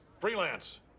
Freelance